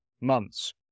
months